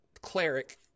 cleric